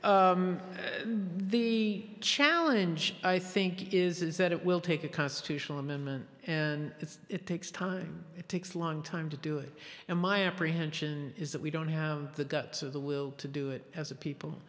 and the challenge i think is that it will take a constitutional amendment and it takes time it takes a long time to do it and my apprehension is that we don't have the guts of the will to do it as a people